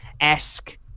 esque